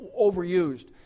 overused